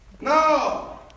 No